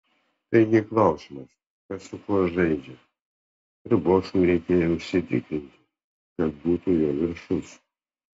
taigi klausimas kas su kuo žaidžia ir bošui reikėjo užsitikrinti kad būtų jo viršus